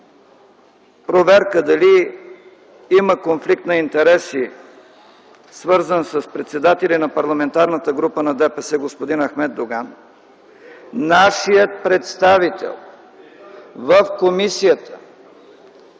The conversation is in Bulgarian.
проверка дали има конфликт на интереси, свързан с председателя на Парламентарната група на ДПС господин Ахмед Доган, нашият представител в комисията